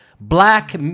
black